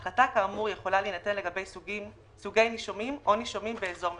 החלטה כאמור יכולה להינתן לגבי סוגי נישומים או נישומים באזור מסוים.